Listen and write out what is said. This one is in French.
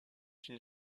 une